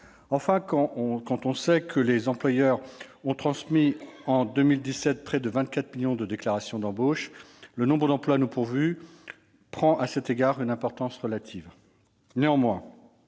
Enfin, quand on sait que les employeurs ont transmis en 2017 près de 24 millions de déclarations d'embauche, le nombre d'emplois non pourvus prend à cet égard une importance relative. Néanmoins,